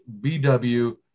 BW